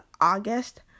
august